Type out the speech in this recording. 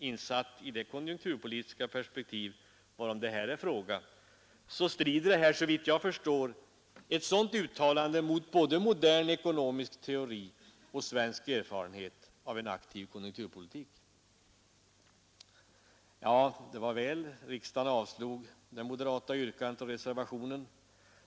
Insatt i det konjunkturpolitiska perspektiv varom det här är fråga strider ett sådant uttalande, såvitt jag förstår, mot både modern ekonomisk teori och svensk erfarenhet av en aktiv konjunkturpolitik. Det var som sagt bra att riksdagen avslog det moderata yrkandet och reservationen.